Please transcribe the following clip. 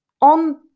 on